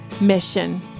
mission